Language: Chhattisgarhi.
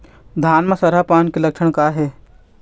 धान म सरहा पान के लक्षण का हे?